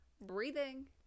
breathing